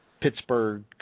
Pittsburgh